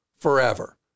forever